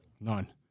None